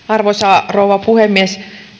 arvoisa rouva puhemies